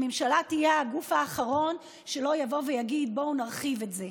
הממשלה לא תהיה הגוף האחרון שיבוא ויגיד: בואו נרחיב את זה.